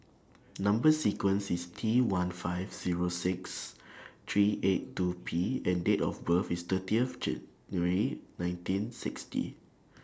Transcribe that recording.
Number sequence IS T one five Zero six three eight two P and Date of birth IS thirtieth January nineteen sixty